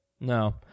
No